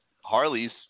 Harley's